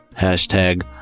hashtag